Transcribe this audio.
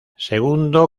segundo